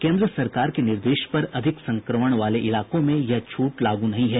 केन्द्र सरकार के निर्देश पर अधिक संक्रमण वाले इलाकों में यह छूट लागू नहीं है